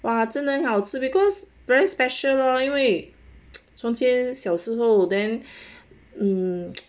哇真的很好吃 lor because very special lor 从前因为从前小时候 then um